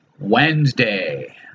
wednesday